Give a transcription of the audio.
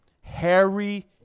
Harry